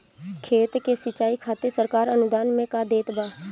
खेत के सिचाई खातिर सरकार अनुदान में का देत बा?